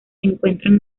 encuentran